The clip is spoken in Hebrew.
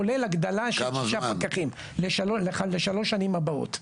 כולל הגדלה של שישה פקחים לשלוש שנים הבאות.